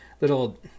little